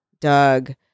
Doug